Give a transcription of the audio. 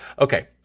Okay